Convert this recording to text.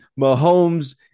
Mahomes